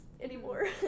anymore